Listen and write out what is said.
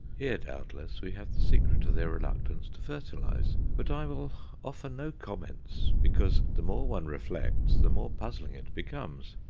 here, doubtless, we have the secret of their reluctance to fertilize but i will offer no comments, because the more one reflects the more puzzling it becomes.